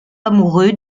amoureux